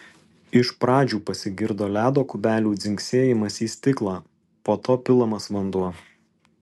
iš pradžių pasigirdo ledo kubelių dzingsėjimas į stiklą po to pilamas vanduo